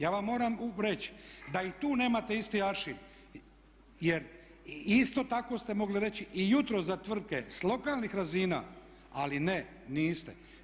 Ja vam moram reći da i tu nemate isti aršin jer isto tako ste mogli reći i jutros za tvrtke s lokalnih razina, ali ne, niste.